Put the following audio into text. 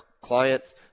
clients